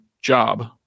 job